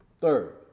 Third